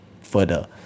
further